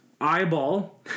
eyeball